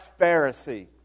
Pharisee